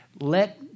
let